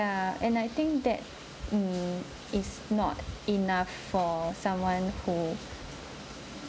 and I think that mm is not enough for someone who